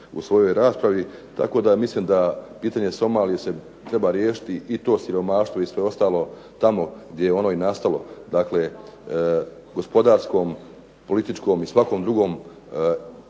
u svojoj raspravi tako da mislim da pitanje Somalije se treba riješiti i to siromaštvo i sve ostalo tamo gdje je ono i nastalo. Dakle, gospodarskom, političkom i svakom drugom i